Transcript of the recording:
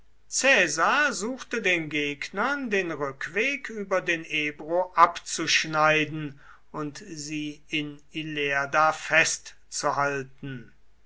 suchte den gegnern den rückweg über den ebro abzuschneiden und sie in ilerda festzuhalten